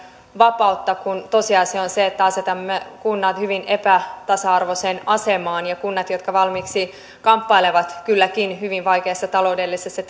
vapautta kun tosiasia on se että asetamme kunnat hyvin epätasa arvoiseen asemaan kunnat jotka valmiiksi kamppailevat kylläkin hyvin vaikeassa taloudellisessa